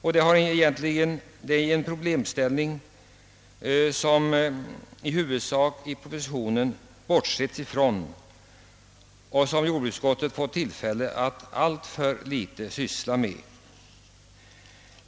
Även i propositionen har den problemställningen i hög grad förbigåtts och jordbruksutskottet har fått tillfälle att syssla med frågan alltför litet.